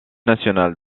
nationale